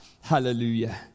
hallelujah